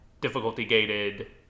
difficulty-gated